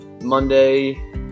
Monday